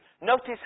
Notice